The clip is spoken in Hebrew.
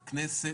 לצערי,